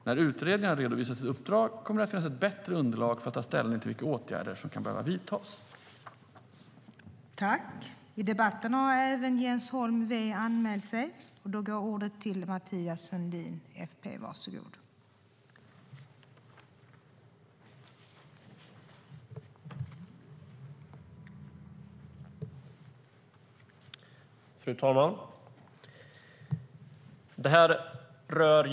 När utredningen har redovisat sitt uppdrag kommer det att finnas ett bättre underlag för att ta ställning till vilka åtgärder som kan behöva vidtas.